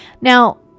Now